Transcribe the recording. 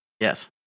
Yes